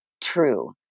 true